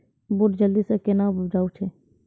बूट जल्दी से कहना उपजाऊ छ?